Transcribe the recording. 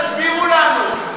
תסבירו לנו.